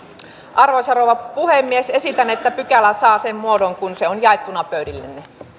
arvoisa rouva puhemies esitän että pykälä saa sen muodon kuin se on jaettuna pöydille